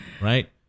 Right